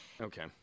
Okay